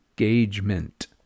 engagement